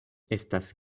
estas